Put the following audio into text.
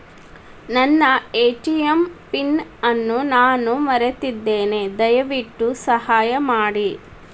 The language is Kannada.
ನನ್ನ ಎ.ಟಿ.ಎಂ ಪಿನ್ ಅನ್ನು ನಾನು ಮರೆತಿದ್ದೇನೆ, ದಯವಿಟ್ಟು ಸಹಾಯ ಮಾಡಿ